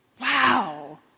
Wow